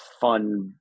fun